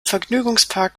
vergnügungspark